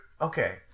Okay